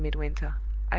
said midwinter.